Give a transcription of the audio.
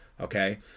Okay